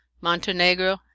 Montenegro